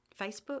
Facebook